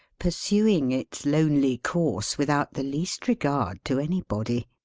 pursuing its lonely course without the least regard to anybody.